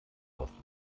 kosten